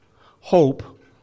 hope